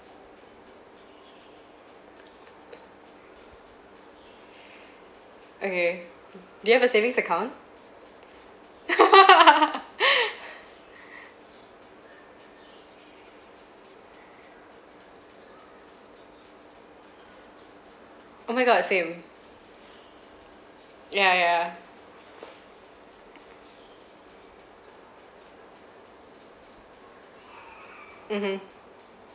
okay do you have a savings account oh my god same ya ya mmhmm